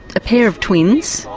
a pair of twins.